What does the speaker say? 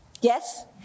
Yes